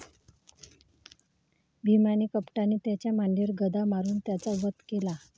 भीमाने कपटाने त्याच्या मांडीवर गदा मारून त्याचा वध केला